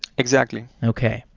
exactly. okay.